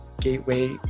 gateway